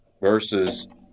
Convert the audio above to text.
versus